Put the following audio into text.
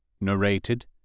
Narrated